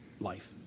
life